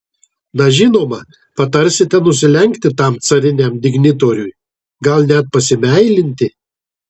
na žinoma patarsite nusilenkti tam cariniam dignitoriui gal net pasimeilinti